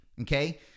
Okay